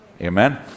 Amen